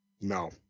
No